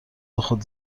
خود